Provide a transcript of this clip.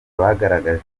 bagaragaje